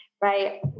right